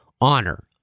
honor